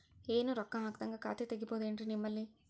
ಏನು ರೊಕ್ಕ ಹಾಕದ್ಹಂಗ ಖಾತೆ ತೆಗೇಬಹುದೇನ್ರಿ ನಿಮ್ಮಲ್ಲಿ?